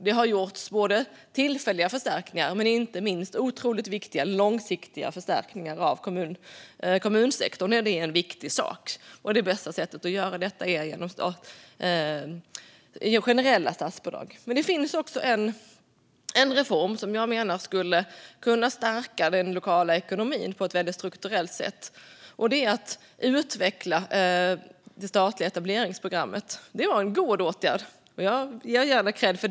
Det har gjorts tillfälliga förstärkningar och inte minst otroligt viktiga långsiktiga förstärkningar. För kommunsektorn är det en viktig sak. Det bästa sättet att göra detta på är genom generella statsbidrag. Men det finns också en reform som jag menar skulle kunna stärka den lokala ekonomin på ett väldigt strukturellt sätt. Det handlar om att utveckla det statliga etableringsprogrammet. Det var en god åtgärd, som jag gärna ger kredd för.